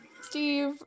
Steve